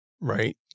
right